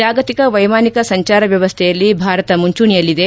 ಜಾಗತಿಕ ವೈಮಾನಿಕ ಸಂಚಾರ ವ್ಯವಸ್ಥೆಯಲ್ಲಿ ಭಾರತ ಮುಂಚೂಣಿಯಲ್ಲಿದೆ